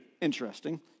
Interesting